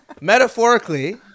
Metaphorically